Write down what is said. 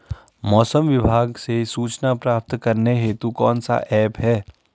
मौसम विभाग से सूचना प्राप्त करने हेतु कौन सा ऐप है?